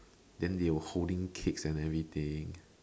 then they were holding cakes and everything